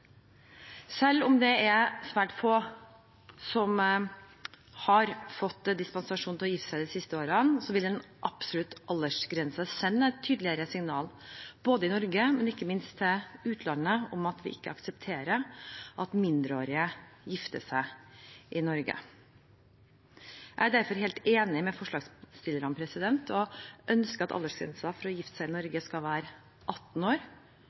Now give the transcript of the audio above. Selv om det er svært få som har fått dispensasjon til å gifte seg de siste årene, vil en absolutt aldersgrense sende et tydeligere signal, i Norge og ikke minst til utlandet, om at vi ikke aksepterer at mindreårige gifter seg i Norge. Jeg er derfor helt enig med forslagsstillerne og ønsker at aldersgrensen for å gifte seg i Norge skal være 18 år,